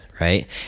right